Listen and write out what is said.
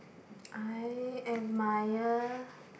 I admire